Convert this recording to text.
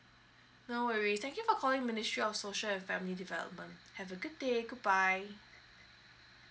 no worries thank you for calling ministry of social and family development have a good day goodbye